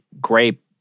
grape